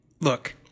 Look